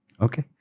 Okay